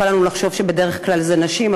קל לנו לחשוב שבדרך כלל זה נשים,